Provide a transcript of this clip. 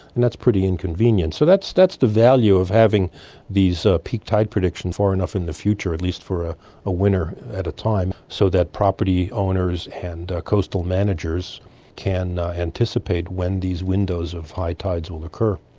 and that's pretty inconvenient. so that's that's the value of having these peak tide predictions far enough in the future, at least for a winter at a time, so that property owners and coastal managers can anticipate when these windows of high tide will occur.